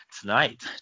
Tonight